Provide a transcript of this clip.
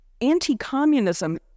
anti-communism